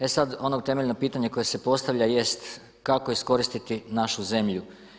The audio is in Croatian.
E sad ono temeljno pitanje koje se postavlja jest kao iskoristiti našu zemlju?